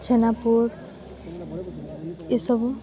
ଛେନାପୋଡ଼ ଏସବୁ